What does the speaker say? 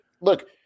Look